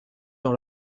dans